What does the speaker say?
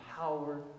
power